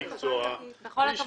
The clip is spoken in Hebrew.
זה אנשי מקצוע בשביל זה --- בכל הכבוד,